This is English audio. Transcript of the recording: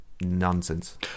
nonsense